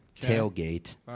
tailgate